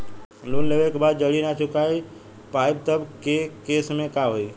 Loan लेवे के बाद जड़ी ना चुका पाएं तब के केसमे का होई?